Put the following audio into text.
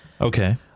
Okay